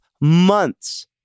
months